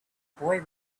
boy